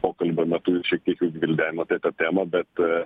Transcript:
pokalbio metu šiek tiek jau gvildenote tą temą bet